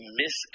miss